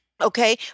Okay